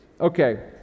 Okay